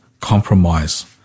compromise